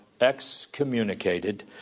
excommunicated